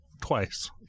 Twice